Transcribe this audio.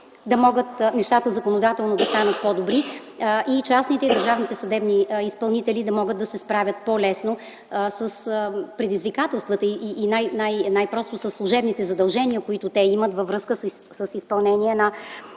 пункт нещата законодателно да станат по-добри и частните, и държавните съдебни изпълнители да могат да се справят по-лесно с предизвикателствата и най-просто, със служебните задължения, които те имат във връзка с изпълнението на